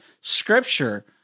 Scripture